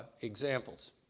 examples